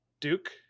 Duke